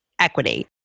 equity